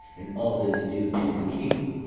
and all that is due to the king,